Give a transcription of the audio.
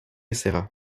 serra